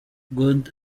gad